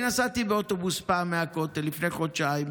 אני נסעתי פעם באוטובוס מהכותל, לפני חודשיים,